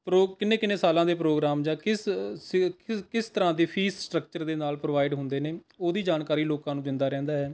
ਪਰੋ ਕਿੰਨੇ ਕਿੰਨੇ ਸਾਲਾਂ ਦੇ ਪ੍ਰੋਗਰਾਮ ਜਾਂ ਕਿਸ ਸ ਕਿ ਕਿਸ ਤਰ੍ਹਾਂ ਦੀ ਫੀਸ ਸਟਰਕਚਰ ਦੇ ਨਾਲ ਪ੍ਰੋਵਾਈਡ ਹੁੰਦੇ ਨੇ ਉਹਦੀ ਜਾਣਕਾਰੀ ਲੋਕਾਂ ਨੂੰ ਦਿੰਦਾ ਰਹਿੰਦਾ ਹੈ